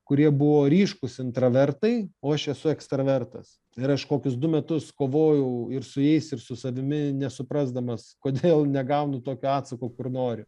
kurie buvo ryškūs intravertai o aš esu ekstravertas ir aš kokius du metus kovojau ir su jais ir su savimi nesuprasdamas kodėl negaunu tokio atsako kur noriu